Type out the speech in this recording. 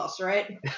right